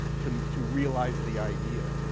to to realize the idea.